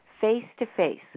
face-to-face